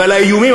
ועל האיומים.